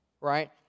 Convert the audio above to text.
Right